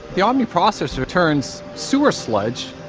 the omni processor turns sewer sludge,